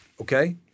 Okay